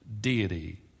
deity